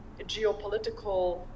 geopolitical